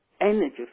energy